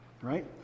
right